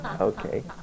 Okay